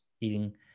eating